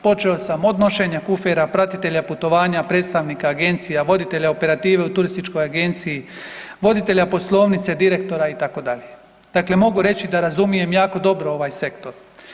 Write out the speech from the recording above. Počeo sam od nošenja kufera, pratitelja putovanja, predstavnika agencija, voditelja operative u turističkoj agenciji, voditelja poslovnice, direktora itd., dakle mogu reći da razumijem jako dobro ovaj sektor.